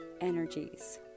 energies